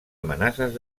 amenaces